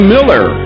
Miller